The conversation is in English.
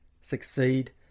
succeed